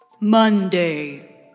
Monday